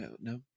no